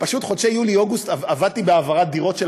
ופשוט בחודשים יולי-אוגוסט עבדתי בהעברת דירות,